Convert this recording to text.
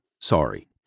sorry